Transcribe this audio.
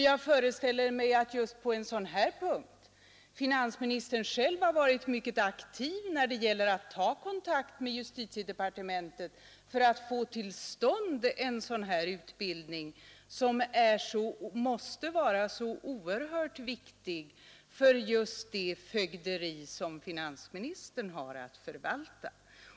Jag föreställde mig att finansministern själv varit mycket aktiv när det gällt att ta kontakt med justitiedepartementet för att få till stånd en sådan här utbildning, som måste vara oerhört viktig för just det fögderi som finansministern har att förvalta.